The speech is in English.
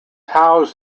housed